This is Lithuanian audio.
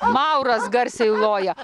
mauras garsiai loja